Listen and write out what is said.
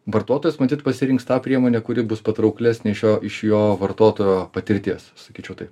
vartotojas matyt pasirinks tą priemonę kuri bus patrauklesnė šio iš jo vartotojo patirties sakyčiau taip